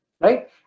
Right